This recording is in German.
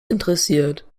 interessiert